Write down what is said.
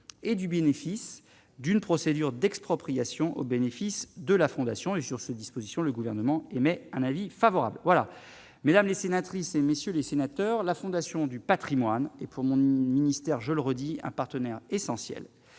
et du bénéfice d'une procédure d'expropriation au bénéfice de la Fondation et sur ces dispositions, le Gouvernement émet un avis favorable voilà Mesdames les sénatrices et messieurs les sénateurs, la Fondation du Patrimoine et pour mon une ministère je le redis, un partenaire essentiel